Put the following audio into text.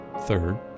Third